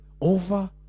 over